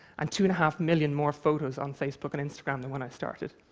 and two and a half million more photos on facebook and instagram than when i started.